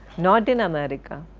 not in america.